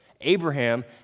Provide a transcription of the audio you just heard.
Abraham